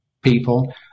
people